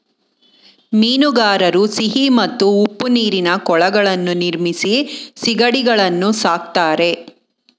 ಮೀನುಗಾರರು ಸಿಹಿ ಮತ್ತು ಉಪ್ಪು ನೀರಿನ ಕೊಳಗಳನ್ನು ನಿರ್ಮಿಸಿ ಸಿಗಡಿಗಳನ್ನು ಸಾಕ್ತರೆ